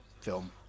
film